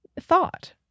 thought